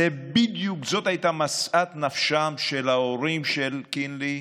זאת הייתה משאת נפשם של ההורים של קינלי,